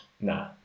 nah